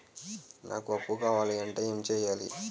నాకు అప్పు కావాలి అంటే ఎం చేయాలి?